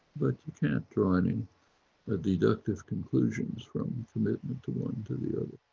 but you can't draw any ah deductive conclusions from commitment to one to the other.